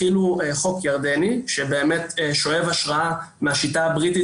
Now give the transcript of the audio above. הכינו חוק ירדני שבאמת שואב השראה מהשיטה הבריטית